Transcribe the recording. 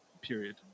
period